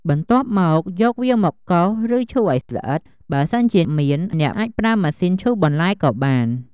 បន្ទាប់មក យកវាមកកោស ឬ ឈូសឱ្យល្អិត បើសិនជាមាន អ្នកអាចប្រើម៉ាស៊ីនឈូសបន្លែក៏បាន។